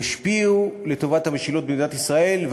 ישפיע לטובת המשילות במדינת ישראל.